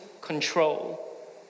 control